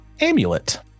amulet